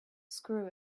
screw